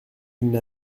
n’a